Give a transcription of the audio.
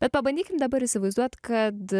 bet pabandykim dabar įsivaizduot kad